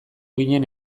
ginen